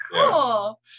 Cool